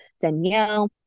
Danielle